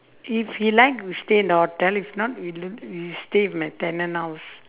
if he like we stay in the hotel if not we'll we stay with my tenant house